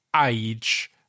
age